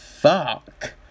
fuck